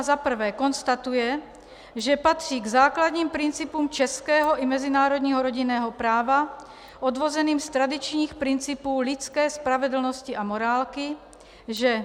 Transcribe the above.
I. konstatuje, že patří k základním principům českého i mezinárodního rodinného práva odvozeným z tradičních principů lidské spravedlnosti a morálky, že